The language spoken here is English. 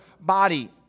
body